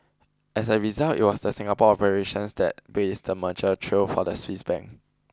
as a result it was the Singapore operations that blazed the merger trail for the Swiss bank